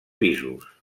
pisos